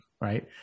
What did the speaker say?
right